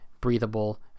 breathable